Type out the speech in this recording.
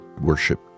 worship